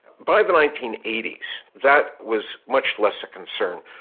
by the nineteen eighty s that was much less a concern,